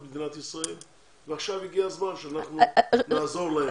מדינת ישראל ועכשיו הגיע הזמן שאנחנו נעזור להם,